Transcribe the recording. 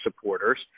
supporters